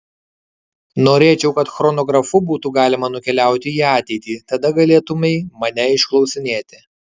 norėčiau kad chronografu būtų galima nukeliauti į ateitį tada galėtumei mane išklausinėti